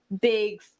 big